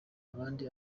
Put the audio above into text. abandi